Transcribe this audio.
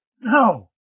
No